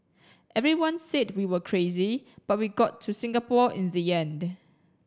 everyone said we were crazy but we got to Singapore in the end